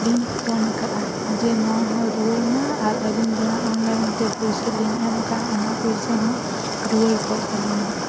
ᱞᱤᱧ ᱯᱷᱳᱱ ᱟᱠᱟᱫᱼᱟ ᱡᱮ ᱱᱚᱣᱟ ᱦᱚᱸ ᱨᱩᱣᱟᱹᱲ ᱢᱟ ᱟᱨ ᱟᱞᱤᱧ ᱡᱟᱦᱟᱸ ᱚᱱᱞᱟᱭᱤᱱ ᱛᱮ ᱯᱚᱭᱥᱟᱞᱤᱧ ᱮᱢ ᱟᱠᱟᱫᱼᱟ ᱚᱱᱟ ᱯᱚᱭᱥᱟ ᱦᱚᱸ ᱨᱩᱣᱟᱹᱲ ᱠᱚᱜ ᱛᱟᱞᱤᱧᱢᱟ